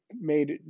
made